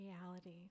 reality